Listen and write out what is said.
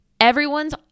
Everyone's